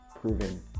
proven